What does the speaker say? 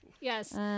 Yes